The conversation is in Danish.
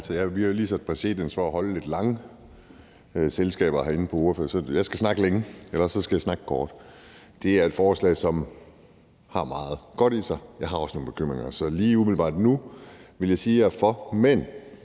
vi har jo lige skabt præcedens for at holde lidt lange selskaber for ordførere herinde, så jeg skal snakke længe – eller også skal jeg snakke kort. Det her er et forslag, som har meget godt i sig, men jeg har også nogle bekymringer. Så jeg vil umiddelbart lige nu sige, at jeg er for, men